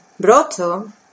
Broto